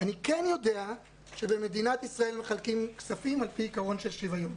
אני כן יודע שבמדינת ישראל מחלקים כספים על פי עיקרון של שוויון.